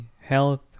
health